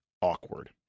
awkward